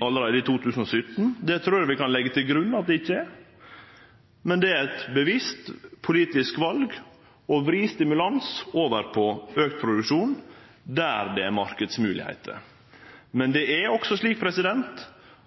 allereie i 2017, trur eg vi kan leggje til grunn, men det er eit bevisst politisk val å vri stimulans over på auka produksjon der det er marknadsmoglegheiter. Men det er også slik